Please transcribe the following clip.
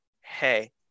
hey